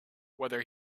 whether